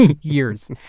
years